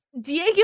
Diego